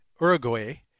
Uruguay